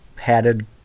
Padded